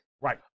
Right